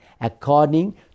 according